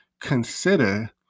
consider